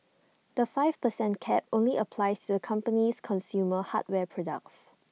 the five per cent cap only applies to the company's consumer hardware products